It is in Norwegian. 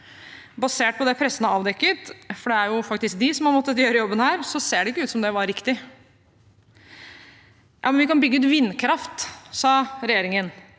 Basert på det pressen har avdekket – det er faktisk de som har måttet gjøre jobben her – ser det ikke ut som det var riktig. Vi kan bygge ut vindkraft, sa regjeringen.